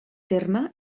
terme